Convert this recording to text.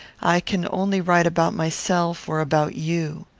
i can only write about myself or about you.